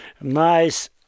nice